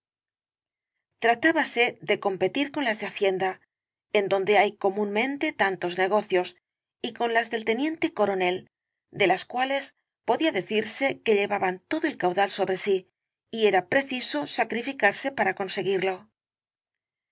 tratábase de competir con las de hacienda en donde hay comúnmente tantos negocios y con las del teniente coronel de las cuales podía decirse que llevaban todo el caudal sobre sí y era preciso sacrificarse para conseguirlo